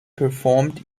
performed